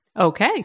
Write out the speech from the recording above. Okay